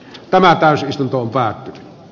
tämä täysistuntoon päät